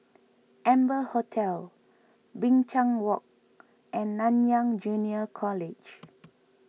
Amber Hotel Binchang Walk and Nanyang Junior College